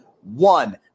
one